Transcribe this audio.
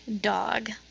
Dog